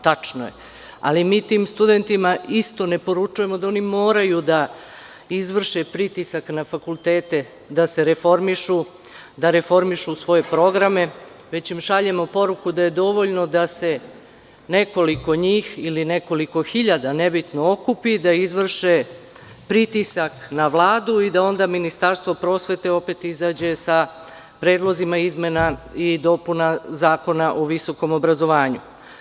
Tačno je, ali mi tim studentima isto ne poručujemo da oni moraju da izvrše pritisak na fakultete, da se reformišu, da reformišu svoje programe, već im šaljemo poruku da je dovoljno da se nekoliko njih ili nekoliko hiljada okupi, da izvrše pritisak na Vladu i da onda Ministarstvo prosvete opet izađe sa predlozima izmena i dopuna Zakona ovisokom obrazovanju.